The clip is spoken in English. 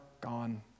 gone